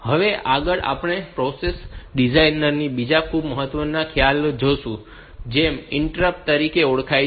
હવે આગળ આપણે પ્રોસેસર ડિઝાઇનમાં બીજા ખૂબ જ મહત્વપૂર્ણ ખ્યાલમાં જઈશું જે ઇન્ટરપ્ટ્સ તરીકે ઓળખાય છે